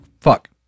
fuck